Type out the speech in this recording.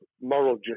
moral